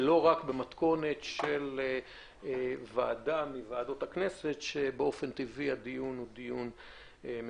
ולא רק במתכונת של ועדה מוועדות הכנסת שבה הדיון הוא מצומצם.